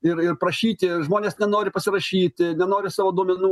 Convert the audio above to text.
ir ir prašyti žmonės nenori pasirašyti nenori savo duomenų